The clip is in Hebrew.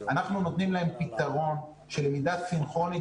אנחנו נותנים להם פתרון של למידה סינכרונית